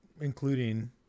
including